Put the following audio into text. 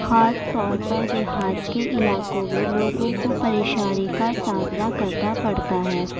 خاص طور پر دیہات کے علاقوں میں لوگوں کو پریشانی کا سامنا کرنا پڑتا ہے